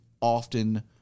often